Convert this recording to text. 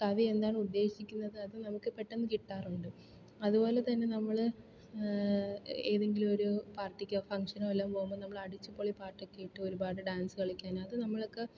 കവി എന്താണ് ഉദ്ദേശിക്കുന്നത് അത് നമുക്ക് പെട്ടെന്ന് കിട്ടാറുണ്ട് അതുപോലെ തന്നെ നമ്മൾ ഏതെങ്കിലും ഒരു പാർട്ടിക്കോ ഫങ്ങ്ഷനോ എല്ലാം പോകുമ്പോൾ അടിച്ച് പൊളി പാട്ട് കേട്ട് ഒരുപാട് ഡാൻസ് കളിക്കാനത് നമ്മൾക്ക്